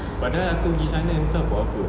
padahal aku pergi sana entah buat apa